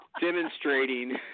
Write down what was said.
demonstrating